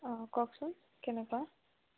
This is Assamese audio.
অঁ কওকচোন কেনেকুৱা